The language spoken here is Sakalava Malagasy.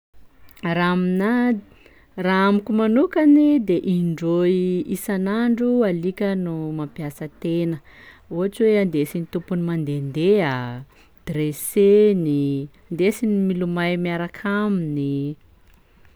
Raha aminahy raha amiko manokany de indroy isan'andro alika no mampiasa tena, ohatsy hoe andesin'ny tompony mandehandeha, dresseny, ndesiny milomay miaraka aminy.